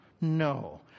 No